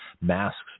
Masks